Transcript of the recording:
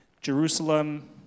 Jerusalem